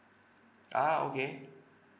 ah okay